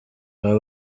abo